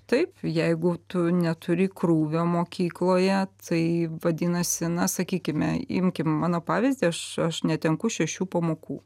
taip jeigu tu neturi krūvio mokykloje tai vadinasi na sakykime imkim mano pavyzdį aš aš netenku šešių pamokų